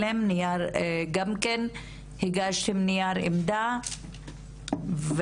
הגשתם נייר עמדה,